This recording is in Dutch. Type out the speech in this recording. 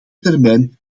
termijn